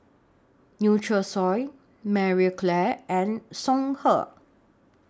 Nutrisoy Marie Claire and Songhe